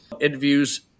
interviews